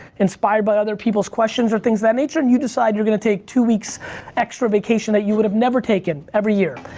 inspired by other people's questions or things of that nature and you decide you're gonna take two weeks extra vacation that you would've never taken every year.